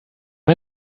men